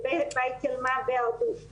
בית מאזן בהרדוף,